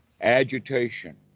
agitation